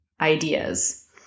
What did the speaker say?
ideas